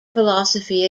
philosophy